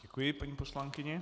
Děkuji paní poslankyni.